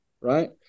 right